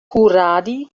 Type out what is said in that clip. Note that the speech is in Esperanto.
kuradi